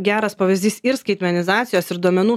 geras pavyzdys ir skaitmenizacijos ir duomenų